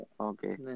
Okay